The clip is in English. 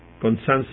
consensus